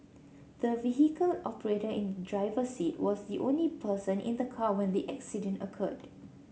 the vehicle operator in the driver's seat was the only person in the car when the accident occurred